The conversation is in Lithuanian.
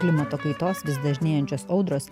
klimato kaitos vis dažnėjančios audros